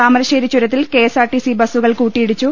താമരശ്ശേരി ചുരത്തിൽ കെഎസ്ആർടിസി ബസ്സുകൾ കൂട്ടി യിടിച്ചു